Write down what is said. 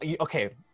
Okay